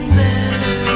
better